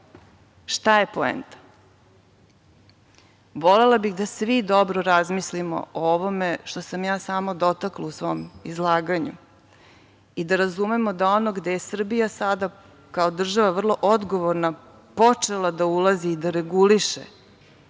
je poenta? Volela bih da svi dobro razmislimo o ovome što sam ja samo dotakla u svom izlaganju i da razumemo da ono gde je Srbija sada kao država vrlo odgovorna počela da ulazi i da reguliše,